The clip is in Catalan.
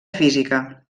física